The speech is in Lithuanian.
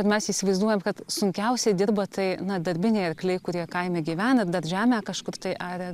mes įsivaizduojam kad sunkiausiai dirba tai na darbiniai arkliai kurie kaime gyvena bet žemę kažkur tai aria